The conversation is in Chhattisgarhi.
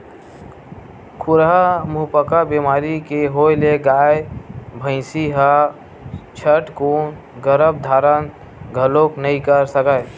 खुरहा मुहंपका बेमारी के होय ले गाय, भइसी ह झटकून गरभ धारन घलोक नइ कर सकय